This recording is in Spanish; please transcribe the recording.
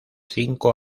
cinco